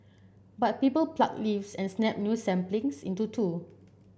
but people pluck leaves and snap new saplings into two